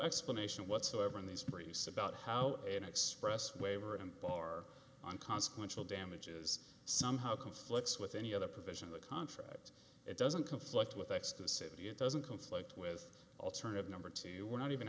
explanation whatsoever in these bruce about how an express waiver and bar on consequential damages somehow conflicts with any other provision of the contracts it doesn't conflict with ecstasy it doesn't conflict with alternative number two we're not even